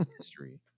history